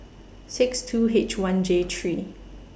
six two H one J three